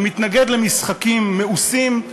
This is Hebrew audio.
אני מתנגד למשחקים מאוסים,